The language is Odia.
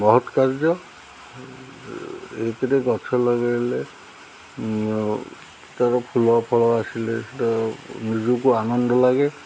ମହତ କାର୍ଯ୍ୟ ଏକରେ ଗଛ ଲଗାଇଲେ ତା'ର ଫୁଲ ଫଳ ଆସିଲେ ତ ନିଜକୁ ଆନନ୍ଦ ଲାଗେ